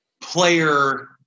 player